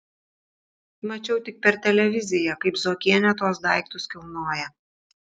mačiau tik per televiziją kaip zuokienė tuos daiktus kilnoja